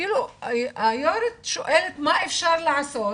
כאילו היושבת ראש שואלת אותך מה אפשר לעשות,